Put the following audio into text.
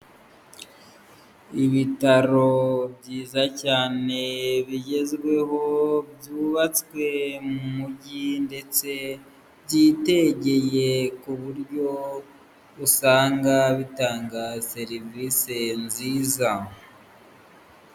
Ibitaro byiza cyane bigezweho byubatswe mu mujyi ndetse byitegeye ku buryo usanga bitanga serivisi nziza.